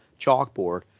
chalkboard